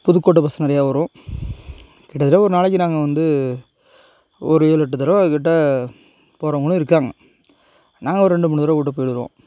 Pudukkottai bus நிறையா வரும் கிட்டத்தட்ட ஒரு நாளைக்கு நாங்கள் வந்து ஒரு ஏழு எட்டு தடவை கிட்ட போகறவங்களும் இருக்காங்க நாங்கள் ஒரு ரெண்டு மூணு தடவை மட்டும் போயிவிட்டு வருவோம்